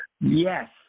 Yes